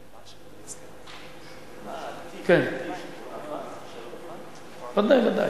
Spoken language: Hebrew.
כן, ודאי, ודאי,